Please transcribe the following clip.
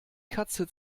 katze